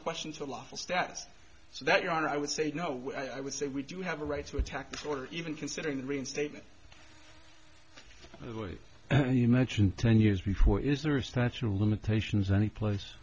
questions or lawful status so that you and i would say no i would say we do have a right to attack or even considering reinstatement as you mentioned ten years before is there a statute of limitations any place